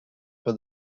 for